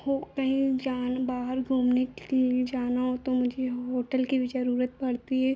हो कहीं जान बाहर घूमने के लिए जाना हो तो मुझे होटल की भी ज़रूरत पड़ती है